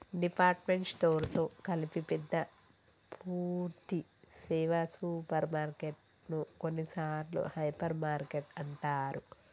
department store తో కలిపి పెద్ద పూర్థి సేవ సూపర్ మార్కెటు ను కొన్నిసార్లు హైపర్ మార్కెట్ అంటారు